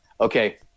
Okay